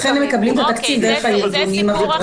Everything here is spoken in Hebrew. לכן הם מקבלים את התקציב דרך הארגונים האזרחיים.